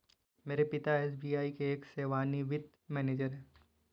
मेरे पिता जी एस.बी.आई के एक सेवानिवृत मैनेजर है